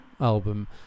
album